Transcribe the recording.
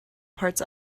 parts